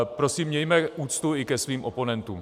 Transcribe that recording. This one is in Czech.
Prosím, mějme úctu i ke svým oponentům.